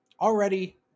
already